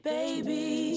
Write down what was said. Baby